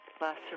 last